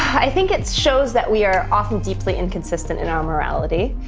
i think it's shows that we are often deeply inconsistent in our morality.